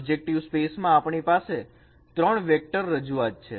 projective સ્પેસમાં આપણી પાસે 3 વેક્ટર રજૂઆત છે